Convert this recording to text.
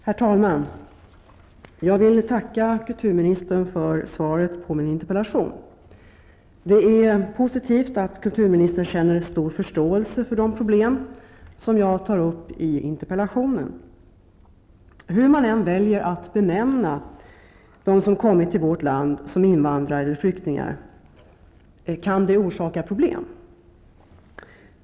Herr talman! Jag vill tacka kulturministern för svaret på min interpellation. Det är positivt att kulturministern känner ''stor förståelse för de problem'' som jag tar upp i interpellationen. Hur man än väljer att benämna dem som kommit till vårt land som invandrare eller flyktingar kan det orsaka problem.